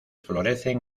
florecen